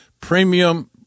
premium